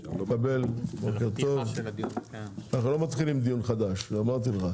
אנחנו לא מתחילים דיון חדש, אמרתי לך.